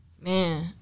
Man